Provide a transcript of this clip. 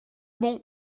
bon